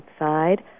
outside